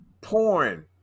Porn